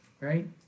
right